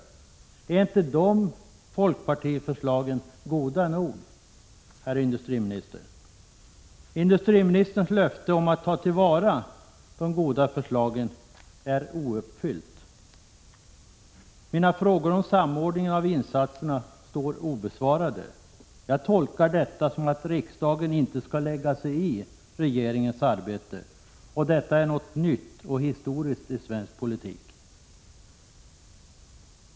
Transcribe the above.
Är inte de folkpartiförslagen goda nog, herr industriminister? Industriministerns löfte om att ta till vara de goda förslagen är ouppfyllt. Mina frågor om samordningen av insatserna står obesvarade. Jag tolkar detta som att riksdagen inte skall lägga sig i regeringens arbete. Detta är något nytt och historiskt i svensk politik.